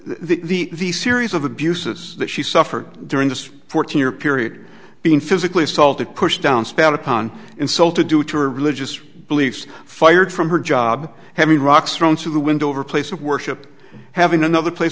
t the the series of abuses that she suffered during this fourteen year period being physically assaulted pushed down spat upon insult to due to her religious beliefs fired from her job having rocks thrown to the window over a place of worship having another place